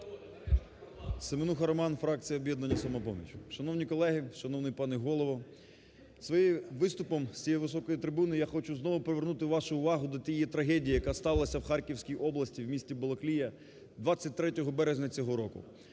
Семенуха Роман, фракція "Об'єднання "Самопоміч". Шановні колеги, шановний пане Голово! Своїм виступом з цієї високої трибуни я хочу знову привернути вашу увагу до тієї трагедії, яка сталася в Харківській області в місті Балаклія 23 березня цього року,